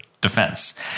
defense